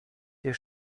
der